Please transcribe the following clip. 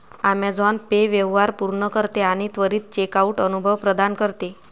Amazon Pay व्यवहार पूर्ण करते आणि त्वरित चेकआउट अनुभव प्रदान करते